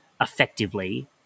effectively